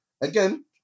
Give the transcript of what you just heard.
again